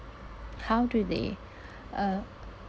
how do they uh